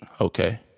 Okay